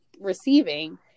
receiving